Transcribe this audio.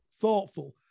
thoughtful